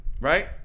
Right